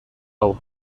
hau